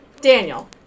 Daniel